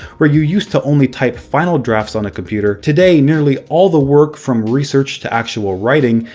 where you used to only type final drafts on a computer, today nearly all the work, from research to actual writing,